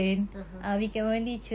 (uh huh)